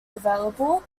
available